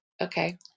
Okay